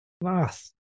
Nice